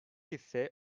ise